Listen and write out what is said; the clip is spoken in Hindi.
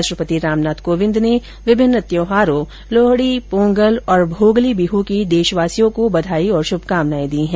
राष्ट्रपति रामनाथ कोविन्द ने विभिन्न त्यौहारों लोहड़ी पोंगल और भोगली बिहू की देशवासियों को बधाई और शुभकामनाए दी है